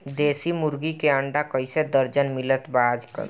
देशी मुर्गी के अंडा कइसे दर्जन मिलत बा आज कल?